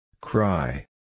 Cry